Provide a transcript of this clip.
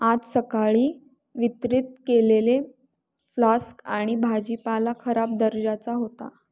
आज सकाळी वितरित केलेले फ्लास्क आणि भाजीपाला खराब दर्जाचा होता